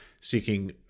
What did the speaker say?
seeking